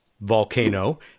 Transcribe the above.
Volcano